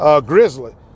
Grizzly